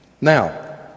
Now